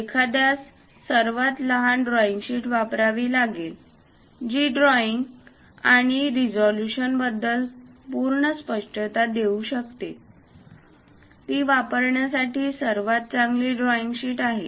एखाद्यास सर्वात लहान ड्राइंग शीट वापरावी लागेल जी ड्राइंग आणि रिझोल्यूशनबद्दल पूर्ण स्पष्टता देऊ शकेल ती वापरण्यासाठी सर्वात चांगली ड्रॉईंग शीट आहे